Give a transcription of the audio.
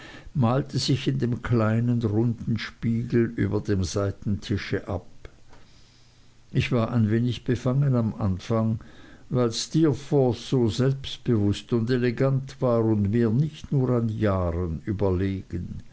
malte sich in dem kleinen runden spiegel über dem seitentische ab ich war ein wenig befangen am anfang weil steerforth so selbstbewußt und elegant war und mir nicht nur an jahren überlegen